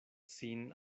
sin